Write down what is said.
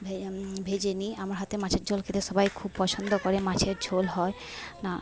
ভেজে ভেজে নিই আমার হাতে মাছের ঝোল খেতে সবাই খুব পছন্দ করে মাছের ঝোল হয় না